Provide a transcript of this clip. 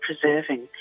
preserving